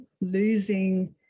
losing